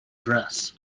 dress